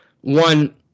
one